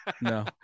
no